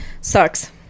sucks